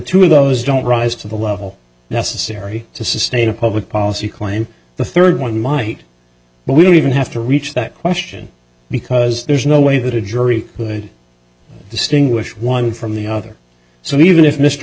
two of those don't rise to the level necessary to sustain a public policy claim the third one might but we don't even have to reach that question because there's no way that a jury would distinguish one from the other so even if mr